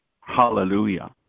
Hallelujah